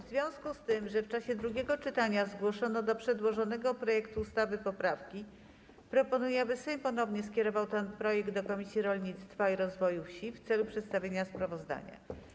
W związku z tym, że w czasie drugiego czytania zgłoszono do przedłożonego projektu ustawy poprawki, proponuję, aby Sejm ponownie skierował ten projekt do Komisji Rolnictwa i Rozwoju Wsi w celu przedstawienia sprawozdania.